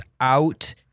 out